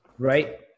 right